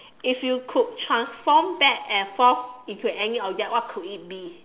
if you could transform back an forth into any object what could it be